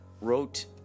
wrote